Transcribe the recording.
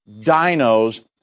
dinos